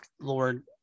Lord